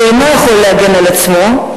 שאינו יכול להגן על עצמו,